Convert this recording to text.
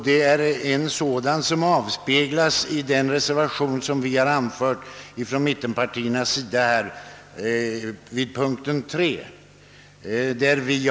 Det är en sådan som avspeglas i den reservation som mittenpartierna har avgivit vid punkten 3.